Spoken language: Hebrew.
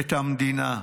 את המדינה.